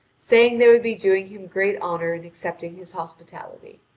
saying they would be doing him great honour in accepting his hospitality.